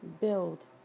build